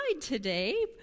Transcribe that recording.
today